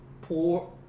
poor